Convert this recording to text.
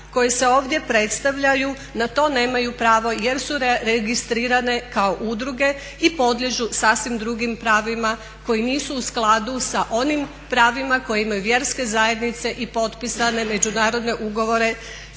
koje se ovdje predstavljaju, na to nemaju pravo jer su registrirane kao udruge i podliježu sasvim drugim pravima koji nisu u skladu s onim pravima koje imaju vjerske zajednice i potpisane međunarodne ugovore